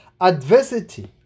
Adversity